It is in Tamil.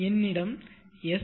என்னிடம் sppwm